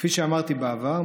כפי שאמרתי בעבר,